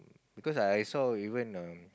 because I I saw even um